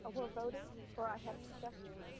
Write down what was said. we're voting or i have discussion,